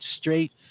straight